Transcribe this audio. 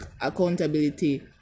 accountability